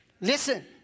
Listen